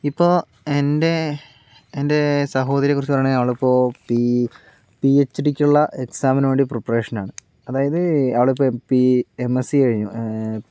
ഇപ്പോൾ എൻ്റെ എൻ്റെ സഹോദരിയെക്കുറിച്ച് പറയാനാണെങ്കിൽ അവളിപ്പോൾ പി പി എച്ച് ഡീക്കുള്ള എക്സാമിന് വേണ്ടി പ്രീപ്രേഷനാണ് അതായത് അവളിപ്പോൾ എം എസ് സി കഴിഞ്ഞു